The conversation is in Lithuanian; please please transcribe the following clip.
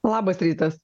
labas rytas